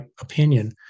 opinion